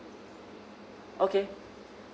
okay